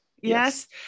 yes